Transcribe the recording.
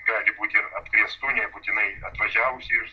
gali būt ir apkrėstų nebūtinai atvažiavusių iš